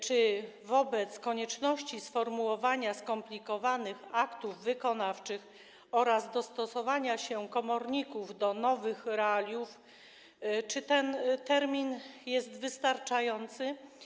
Czy wobec konieczności sformułowania skomplikowanych aktów wykonawczych oraz dostosowania się komorników do nowych realiów ten termin jest wystarczający?